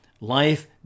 life